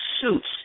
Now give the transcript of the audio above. suits